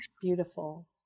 beautiful